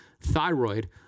thyroid